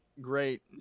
great